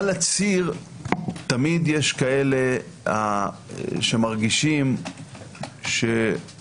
על הציר תמיד יש כאלה שמרגישים שלא